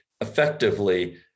effectively